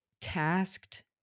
tasked